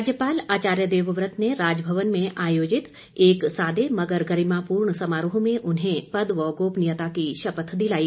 राज्यपाल आचार्य देवव्रत ने राजभवन में आयोजित एक सादे मगर गरिमापूर्ण समारोह में उन्हें पद व गोपनीयता की शपथ दिलाई